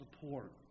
support